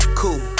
cool